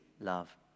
love